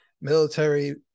military